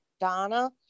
Donna